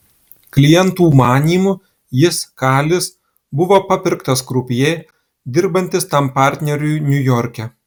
klientų manymu jis kalis buvo papirktas krupjė dirbantis tam partneriui niujorke